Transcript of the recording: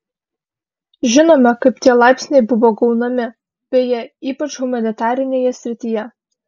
žinome kaip tie laipsniai buvo gaunami beje ypač humanitarinėje srityje